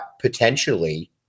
potentially